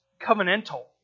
covenantal